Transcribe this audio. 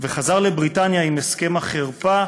וחזר לבריטניה עם הסכם החרפה,